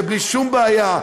שבלי שום בעיה,